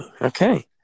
Okay